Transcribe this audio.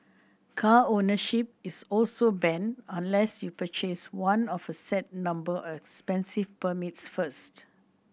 car ownership is also banned unless you purchase one of a set number of expensive permits first